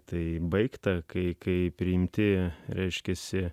tai baigta kai kaip rimtėja reiškiasi